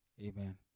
Amen